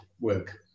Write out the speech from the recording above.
work